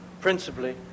principally